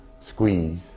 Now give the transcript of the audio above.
squeeze